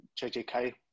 JJK